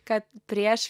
kad prieš